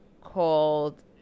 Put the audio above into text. called